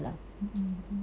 mmhmm betul